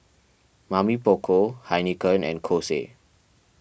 Mamy Poko Heinekein and Kose